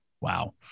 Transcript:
Wow